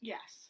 Yes